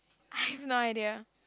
I have no idea